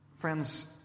Friends